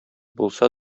булса